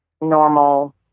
normal